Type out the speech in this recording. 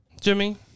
Jimmy